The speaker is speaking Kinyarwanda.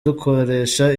dukoresha